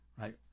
right